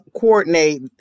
coordinate